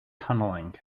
tunneling